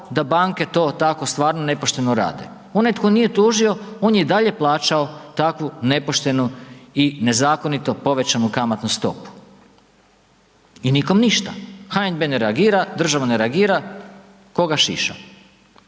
da banke to tako stvarno nepošteno rade. Onaj tko nije tužio on je i dalje plaćao takvu nepoštenu i nezakonito povećanu kamatnu stopu. I nikom ništa. HNB ne reagira, država ne reagira ko ga šiša.